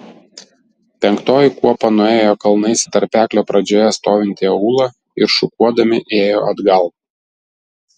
penktoji kuopa nuėjo kalnais į tarpeklio pradžioje stovintį aūlą ir šukuodami ėjo atgal